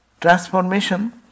transformation